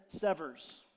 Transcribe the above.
severs